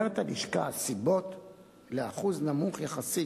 אומרת הלשכה: הסיבות לאחוז נמוך יחסית